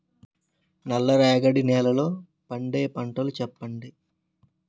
నల్ల రేగడి నెలలో పండే పంటలు చెప్పండి?